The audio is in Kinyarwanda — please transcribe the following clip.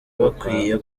bakwiye